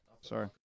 Sorry